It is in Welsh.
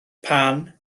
pan